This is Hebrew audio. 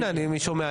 שוב,